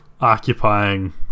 occupying